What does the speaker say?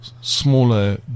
smaller